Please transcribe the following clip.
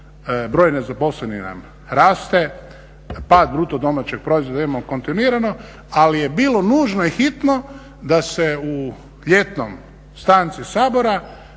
broj nezaposlenih nam raste, pad BDP-a imamo kontinuirano, ali je bilo nužno i hitno da se u ljetnoj stanci Sabora